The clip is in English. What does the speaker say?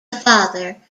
father